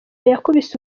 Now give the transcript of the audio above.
yakubise